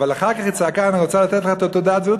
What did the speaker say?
אבל אחר כך היא צעקה "אני רוצה לתת לך את תעודת הזהות",